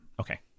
Okay